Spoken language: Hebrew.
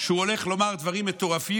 שהוא הולך לומר דברים מטורפים,